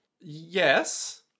Yes